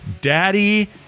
Daddy